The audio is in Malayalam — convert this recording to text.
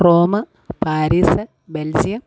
Rome Paris Belgium